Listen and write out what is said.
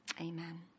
Amen